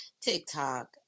TikTok